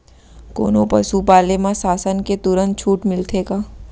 कोनो पसु पाले म शासन ले तुरंत छूट मिलथे का?